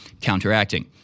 counteracting